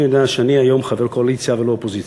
אני יודע שאני היום חבר קואליציה ולא אופוזיציה,